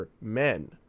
men